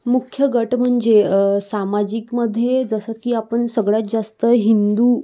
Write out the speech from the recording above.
मुख्य गट म्हणजे सामाजिकमध्ये जसं की आपण सगळ्यात जास्त हिंदू